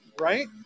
right